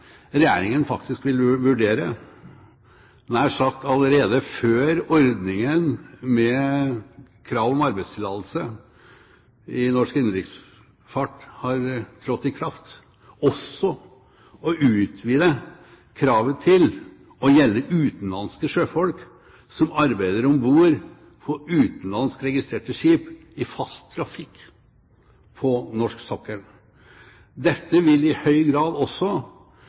Regjeringen faktisk vil vurdere, nær sagt allerede før ordningen med krav om arbeidstillatelse i norsk innenriksfart har trådt i kraft, også å utvide kravet til å gjelde utenlandske sjøfolk som arbeider om bord på utenlandsk registrerte skip i fast trafikk på norsk sokkel. Dette vil i høy grad også